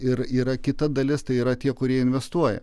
ir yra kita dalis tai yra tie kurie investuoja